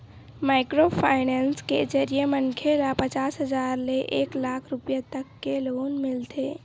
micro finance के जरिए मनखे ल पचास हजार ले एक लाख रूपिया तक के लोन मिलथे